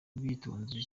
ubwitonzi